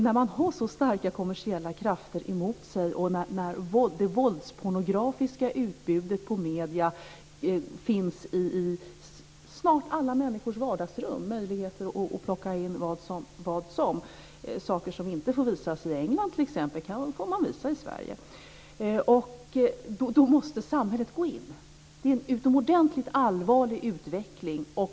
När man har så starka kommersiella krafter emot sig och när det våldspornografiska utbudet i medierna finns i snart sagt alla människors vardagsrum, måste samhället gå in. Det finns möjligheter att plocka in nästan vad som helst. Saker som inte få visas i England t.ex. får man visa i Detta är en utomordentligt allvarlig utveckling.